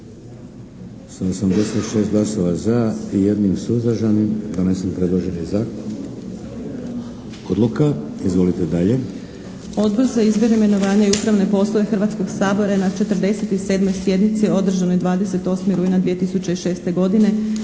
Odbor za izbor, imenovanja i upravne poslove Hrvatskog sabora na 47. sjednici održanoj 28. rujna 2006. godine